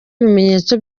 ibimenyetso